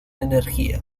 energía